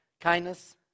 Kindness